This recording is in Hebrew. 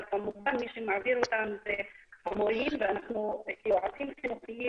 אבל כמובן מי שמעביר אותם זה המורים ואנחנו כיועצים חינוכיים